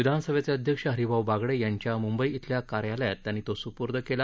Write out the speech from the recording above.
विधानसभेचे अध्यक्ष हरिभाऊ बागडे यांच्या मुंबई इथल्या कार्यालयात त्यांनी तो स्पूर्द केला